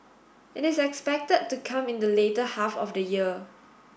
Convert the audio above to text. it is expected to come in the later half of the year